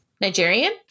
Nigerian